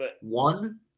One